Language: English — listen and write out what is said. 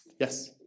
Yes